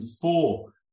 four